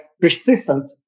persistent